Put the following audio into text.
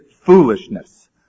foolishness